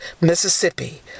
Mississippi